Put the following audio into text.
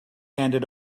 handed